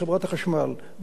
ואז הזיהום משתנה,